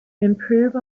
improve